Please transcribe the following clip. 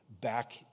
back